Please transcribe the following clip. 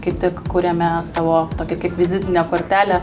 kaip tik kuriame savo tokią kaip vizitinę kortelę